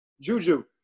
Juju